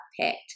picked